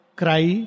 cry